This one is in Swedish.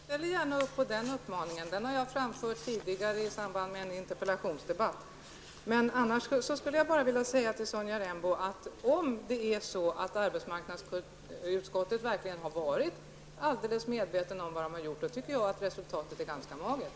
Herr talman! Jag ställer mig gärna bakom den uppmaningen. Den har jag tidigare framfört i samband med en interpellationsdebatt. Dessutom vill jag säga till Sonja Rembo att om man i arbetsmarknadsutskottet verkligen har varit medveten om vad man har gjort tycker jag att resultatet är ganska magert.